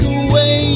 away